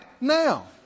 now